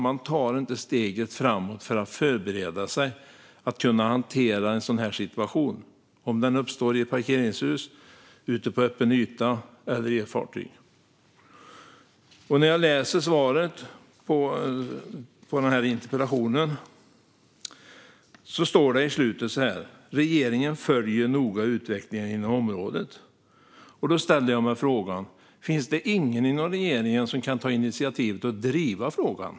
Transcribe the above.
Den tar inte steget framåt för att förbereda sig för att kunna hantera en sådan situation om den uppstår i ett parkeringshus, ute på en öppen yta eller i ett fartyg. I slutet av svaret på interpellationen säger statsrådet: "Regeringen följer noga utvecklingen inom området." Då ställer jag frågan: Finns det ingen i regeringen som kan ta initiativ till att driva frågan?